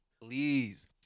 Please